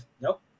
nope